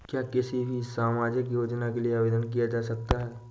क्या किसी भी सामाजिक योजना के लिए आवेदन किया जा सकता है?